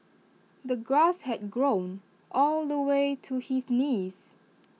the grass had grown all the way to his knees